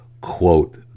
quote